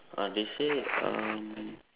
uh they say um